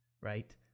right